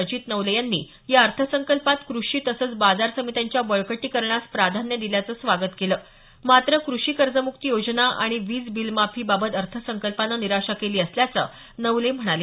अजित नवले यांनी या अर्थसंकल्पात कृषी तसंच बाजार समित्यांच्या बळकटीकरणास प्राधान्य दिल्याचं स्वागत केलं मात्र कृषी कर्जमुक्ती योजना आणि वीज बिलमाफी बाबत अर्थसंकल्पाने निराशा केली असल्याचं नवले म्हणाले